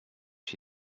she